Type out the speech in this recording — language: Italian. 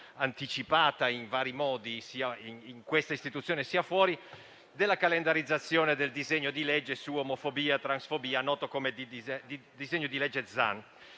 anticipato in vari modi sia in questa istituzione, sia fuori - della calendarizzazione del disegno di legge contro l'omofobia e la transfobia noto come di disegno di legge Zan.